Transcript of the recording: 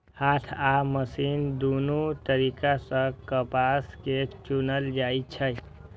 हाथ आ मशीन दुनू तरीका सं कपास कें चुनल जाइ छै